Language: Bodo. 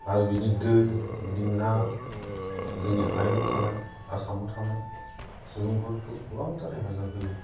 आरो बिनि दै बिनि ना जोंनि हायेनाव थानाय आसामाव थानाय सुबुंफोरखौ गोबांथार हेफाजाब होयो